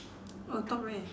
oh top right ah